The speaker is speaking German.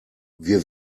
wir